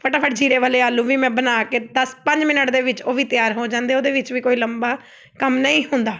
ਫਟਾਫਟ ਜ਼ੀਰੇ ਵਾਲੇ ਆਲੂ ਵੀ ਮੈਂ ਬਣਾ ਕੇ ਦਸ ਪੰਜ ਮਿੰਟ ਦੇ ਵਿੱਚ ਉਹ ਵੀ ਤਿਆਰ ਹੋ ਜਾਂਦੇ ਉਹਦੇ ਵਿੱਚ ਵੀ ਕੋਈ ਲੰਬਾ ਕੰਮ ਨਹੀਂ ਹੁੰਦਾ